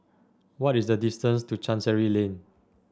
what is the distance to Chancery Lane